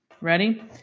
Ready